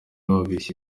bababeshya